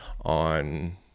on